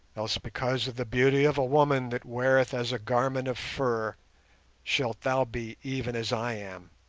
else because of the beauty of a woman that weareth as a garment of fur shalt thou be even as i am,